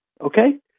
okay